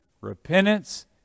Repentance